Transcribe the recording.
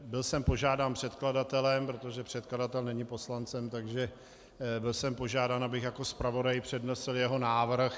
Byl jsem požádán předkladatelem, protože předkladatel není poslancem, takže jsem byl požádán, abych jako zpravodaj přednesl jeho návrh.